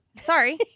sorry